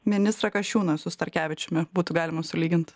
ministrą kasčiūną su starkevičiumi būtų galima sulygint